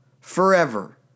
Forever